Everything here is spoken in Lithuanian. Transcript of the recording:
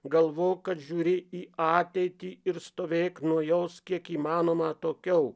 galvojau kad žiūri į ateitį ir stovėk nuo jos kiek įmanoma atokiau